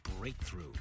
breakthrough